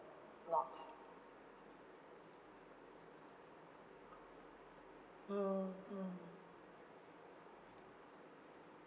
lot mm mm